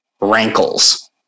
rankles